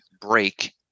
break